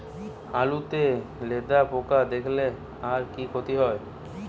আলুতে লেদা পোকা দেখালে তার কি ক্ষতি হয়?